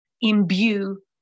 imbue